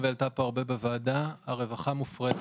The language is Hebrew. ראשית, הרווחה מופרטת.